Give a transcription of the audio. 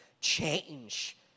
Change